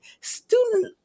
student